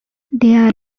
there